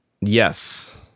yes